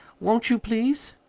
won't you, please?